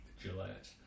Gillette